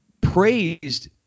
praised